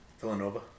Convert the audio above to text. Villanova